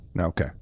okay